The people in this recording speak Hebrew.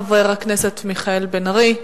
חבר הכנסת מיכאל בן-ארי.